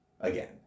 again